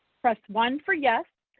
press one for yes,